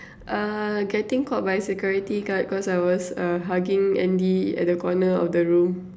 uh getting caught by security guard cause I was uh hugging Andy at the corner of the room